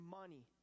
money